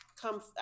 come